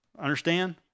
Understand